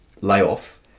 layoff